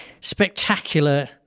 spectacular